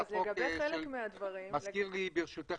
ברשותך,